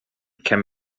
can